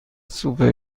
سوپ